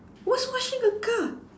was washing a car